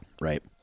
Right